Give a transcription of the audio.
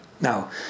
now